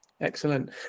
Excellent